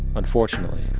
unfortunately,